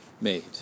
made